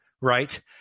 right